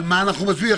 על מה אנחנו מצביעים?